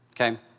Okay